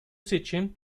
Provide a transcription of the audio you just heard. seçim